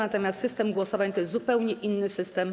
Natomiast system głosowań to jest zupełnie inny system.